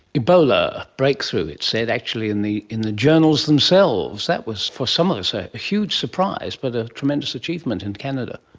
ebola breakthrough it's said actually in the in the journals themselves. that was for some of us a huge surprise but a tremendous achievement in canada.